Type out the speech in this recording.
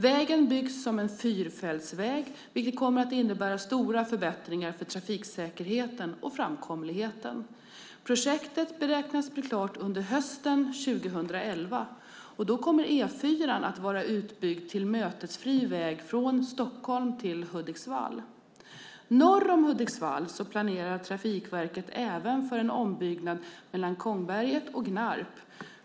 Vägen byggs som en fyrfältsväg vilket kommer att innebära stora förbättringar för trafiksäkerheten och framkomligheten. Projektet beräknas bli klart under hösten 2011. Då kommer E4 att vara utbyggd till mötesfri väg från Stockholm till Hudiksvall. Norr om Hudiksvall planerar Trafikverket även för en ombyggnad mellan Kongberget och Gnarp.